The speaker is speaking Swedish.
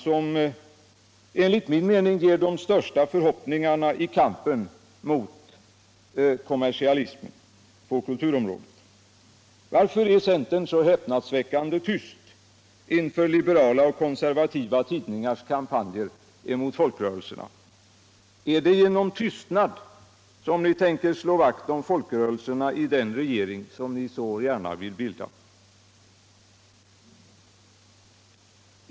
som enligt min mening ger de största förhoppningarna i kampen mot kommersialismen på kulturområdet. Varför är centern så häpnadsväckande tyst inför liberala och konservativa tidningars kampanjer mot folkrörelserna? Är det genom tystnad som ni tänker slå vakt om folkrörelserna i den regering som ni så gärna vill bilda?